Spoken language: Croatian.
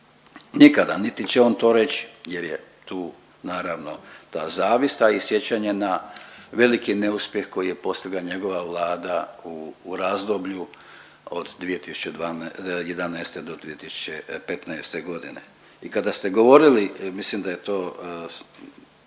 Nikada niti će on to reći jer je tu naravno ta zavist, a i sjećanje na veliki neuspjeh koji je postigla njegova Vlada u razdoblju od 2011. do 2015. godine. I kada ste govorili mislim da je to